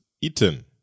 eaten